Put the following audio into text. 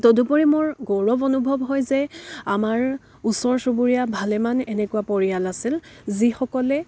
তদুপৰি মোৰ গৌৰৱ অনুভৱ হয় যে আমাৰ ওচৰ চুবৰীয়া ভালেমান এনেকুৱা পৰিয়াল আছিল যিসকলে